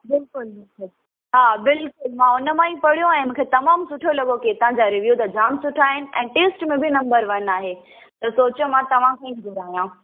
बिल्कुलु बिल्कुलु हा बिल्कुलु मां उन मां ई पढ़ियो ऐं मूंखे तमामु सुठो लॻो केक तव्हांजा रिव्यू त जाम सुठा आहिनि ऐं टेस्ट में बि नम्बर वन आहे त सोचियो मां तव्हांखां ई घुरायां